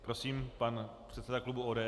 Prosím, pan předseda klubu ODS.